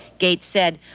gates said,